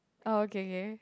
oh okay k